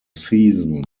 season